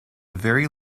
very